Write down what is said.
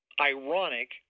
ironic